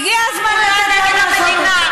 והגיע הזמן לתת להם לעשות את זה.